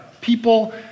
people